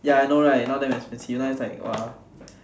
ya I know right now damn expensive now it's like !wah!